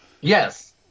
Yes